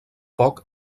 poc